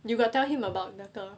you got tell him about local